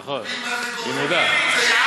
נכון, אני מודע.